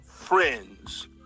friends